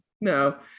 no